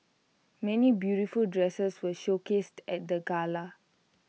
many beautiful dresses were showcased at the gala